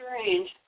Strange